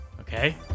okay